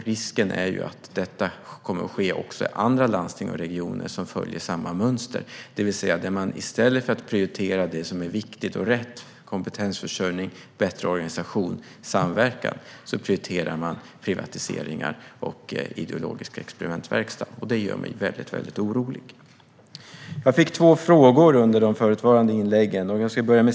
Risken är att detta också kommer att ske i andra landsting och regioner som följer samma mönster, det vill säga där man i stället för att prioritera det som är viktigt och rätt - kompetensförsörjning, bättre organisation och samverkan - prioriterar privatiseringar och ideologisk experimentverkstad. Det gör mig väldigt orolig. Jag fick två frågor i de förutvarande inläggen.